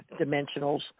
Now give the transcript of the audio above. dimensionals